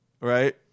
right